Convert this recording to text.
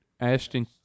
Ashton